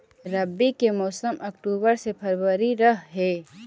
रब्बी के मौसम अक्टूबर से फ़रवरी रह हे